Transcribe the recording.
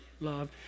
love